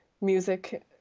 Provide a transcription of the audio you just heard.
music